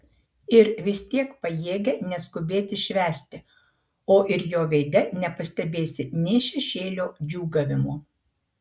ir vis tiek pajėgia neskubėti švęsti o ir jo veide nepastebėsi nė šešėlio džiūgavimo